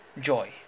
joy